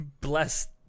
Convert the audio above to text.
Bless